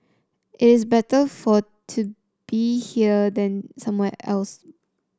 it's better for to be here than somewhere else